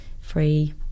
free